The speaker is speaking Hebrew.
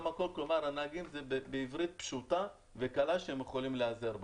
זה בעברית פשוטה וקלה שהנהגים יכולים להיעזר בה.